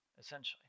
essentially